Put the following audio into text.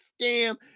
scam